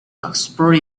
oxford